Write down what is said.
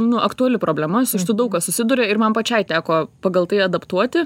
nu aktuali problema su daug kas susiduria ir man pačiai teko pagal tai adaptuoti